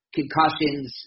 concussions